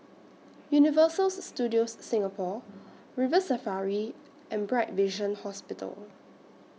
Universal Studios Singapore River Safari and Bright Vision Hospital